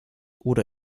oder